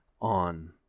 on